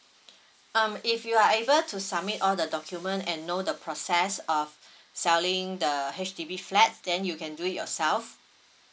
um if you are able to submit all the document and know the process of selling the H_D_B flat then you can do it yourself